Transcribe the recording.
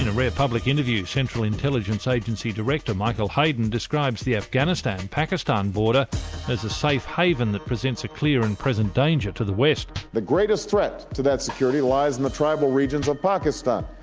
and rare public interview, central intelligence agency director, michael hayden, describes the afghanistan-pakistan border as a safe haven that presents a clear and present danger to the west. the greatest threat to that security lies in the tribal regions of pakistan,